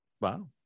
Wow